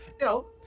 no